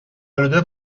آلوده